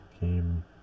game